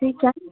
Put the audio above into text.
ठीक है